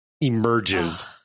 emerges